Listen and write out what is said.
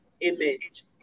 image